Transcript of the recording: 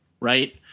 right